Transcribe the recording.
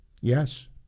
Yes